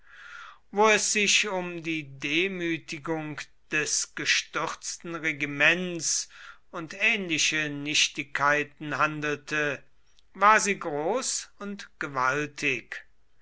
wo es sich um die demütigung des gestürzten regiments und ähnliche nichtigkeiten handelte war sie groß und gewaltig